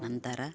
ನಂತರ